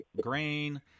grain